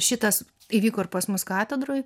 šitas įvyko ir pas mus katedroj